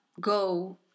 go